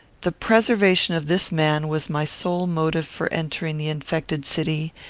the preservation of this man was my sole motive for entering the infected city,